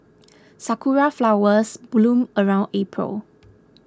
sakura flowers bloom around April